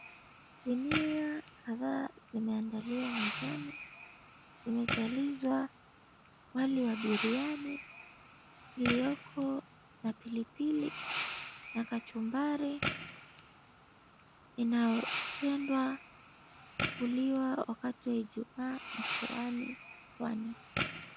Sinia kadhaa zimeandaliwa mezani, zimejalizwa wali wa biryani iliyoko na pilipili na kachumbari inayopendwa kuliwa ijumaa ukwani wa pwani.